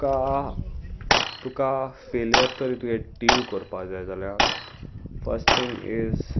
तुका तुका फेलियर तरी तुका हे डील करपा जाय जाल्या फस्ट थींग इज